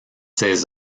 ces